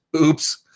Oops